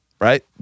Right